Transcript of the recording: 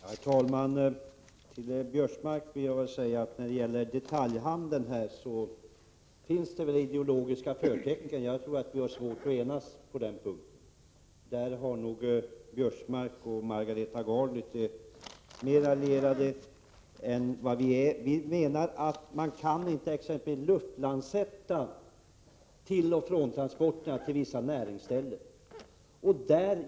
Herr talman! Till Karl-Göran Biörsmark vill jag säga att när det gäller detaljhandeln finns det ideologiska förtecken, så jag tror vi får svårt att enas på den punkten. Där är nog Karl-Göran Biörsmark och Margareta Gard mer allierade. Vi menar exempelvis att tilloch fråntransporterna för vissa näringsställen inte skall behöva utföras som lufttransporter.